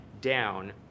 down